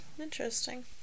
Interesting